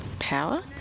Power